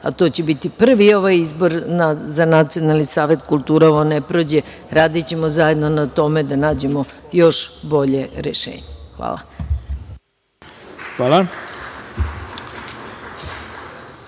a to će biti prvi ovaj izbor za Nacionalni savet kulture, ovo ne prođe, radićemo zajedno na tome da nađemo još bolje rešenje. Hvala. **Ivica